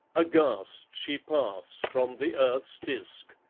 aghast she pass from the earth's disk.